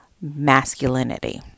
masculinity